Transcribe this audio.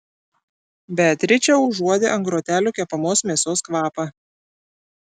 beatričė užuodė ant grotelių kepamos mėsos kvapą